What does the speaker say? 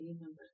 number